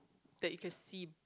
that you can see